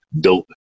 built